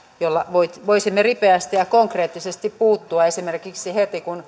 jolla voisimme ripeästi ja konkreettisesti puuttua esimerkiksi heti kun